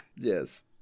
Yes